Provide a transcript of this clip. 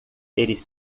eles